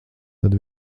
tad